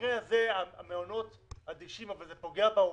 במקרה הזה המעונות --- אבל זה פוגע בהורים,